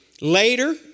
later